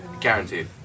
Guaranteed